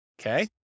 Okay